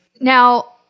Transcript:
Now